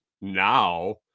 now